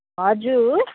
हजुर